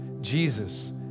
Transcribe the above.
Jesus